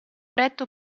eretto